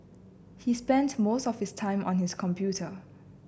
he spent most of his time on his computer